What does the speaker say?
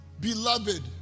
Beloved